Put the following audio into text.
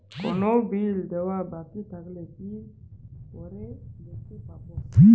কোনো বিল দেওয়া বাকী থাকলে কি করে দেখতে পাবো?